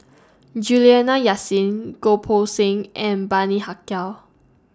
Juliana Yasin Goh Poh Seng and Bani Haykal